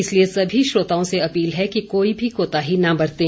इसलिए सभी श्रोताओं से अपील है कि कोई भी कोताही न बरतें